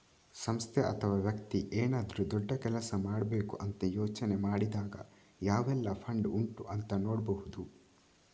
ಸಂಸ್ಥೆ ಅಥವಾ ವ್ಯಕ್ತಿ ಏನಾದ್ರೂ ದೊಡ್ಡ ಕೆಲಸ ಮಾಡ್ಬೇಕು ಅಂತ ಯೋಚನೆ ಮಾಡಿದಾಗ ಯಾವೆಲ್ಲ ಫಂಡ್ ಉಂಟು ಅಂತ ನೋಡ್ಬಹುದು